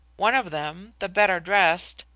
one of them, the better-dressed,